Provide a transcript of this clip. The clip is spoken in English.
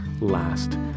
last